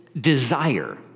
desire